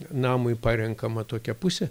namui parenkama tokia pusė